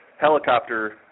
helicopter